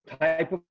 type